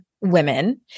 women